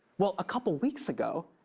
well, a couple weeks ago,